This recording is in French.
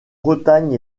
bretagne